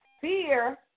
fear